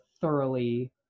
thoroughly